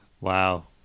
Wow